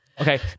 okay